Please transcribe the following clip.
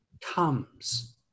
comes